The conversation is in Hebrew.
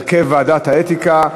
הרכב ועדת האתיקה),